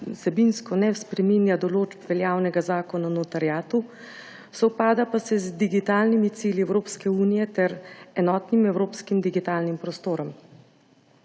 vsebinsko ne spreminja določb veljavnega Zakona o notariatu, sovpada pa z digitalnimi cilji Evropske unije ter enotnim evropskim digitalnim prostorom.